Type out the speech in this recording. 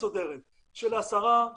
אז יכול להיות